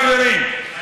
חברים,